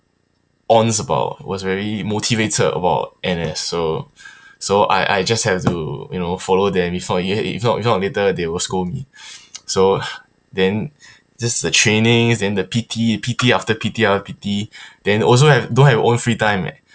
on about was very motivated about N_S so so I I just have to you know follow them if not if not if not later they will scold me so then just the trainings then the P_T P_T after P_T after P_T also have don't have your own free time uh